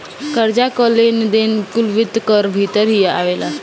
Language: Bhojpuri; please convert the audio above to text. कर्जा कअ लेन देन कुल वित्त कअ भितर ही आवेला